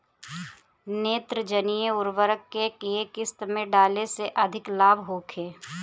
नेत्रजनीय उर्वरक के केय किस्त में डाले से अधिक लाभ होखे?